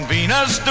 Venus